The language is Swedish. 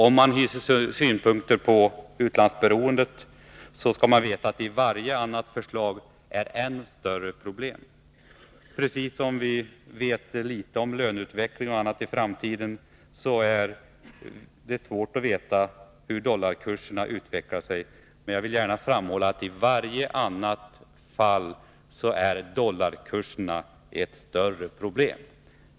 Om man har synpunkter på utlandsberoendet skall man veta att varje annat förslag medför än större problem. Precis som vi vet mycket litet om löneutvecklingen och annat i framtiden, är det svårt att veta hur dollarkurserna kommer att utveckla sig. Men jag vill gärna framhålla att i varje annat fall är dollarkurserna ett större problem.